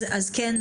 אז כן,